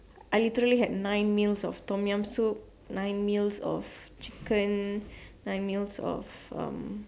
I literally had nine meals of Tom-Yum soup nine meals of chicken nine meals of um